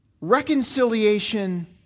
Reconciliation